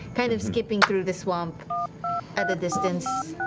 kind of skipping through the swamp at a distance.